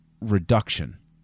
reduction